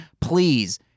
Please